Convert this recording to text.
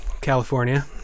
California